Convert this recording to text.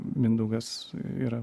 mindaugas yra